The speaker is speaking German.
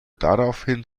daraufhin